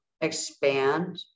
expand